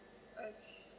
okay